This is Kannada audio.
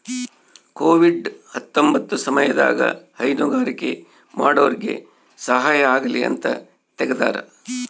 ಕೋವಿಡ್ ಹತ್ತೊಂಬತ್ತ ಸಮಯದಾಗ ಹೈನುಗಾರಿಕೆ ಮಾಡೋರ್ಗೆ ಸಹಾಯ ಆಗಲಿ ಅಂತ ತೆಗ್ದಾರ